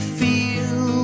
feel